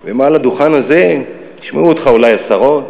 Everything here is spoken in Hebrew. ומהדוכן הזה ישמעו אותך אולי עשרות,